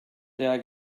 der